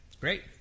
great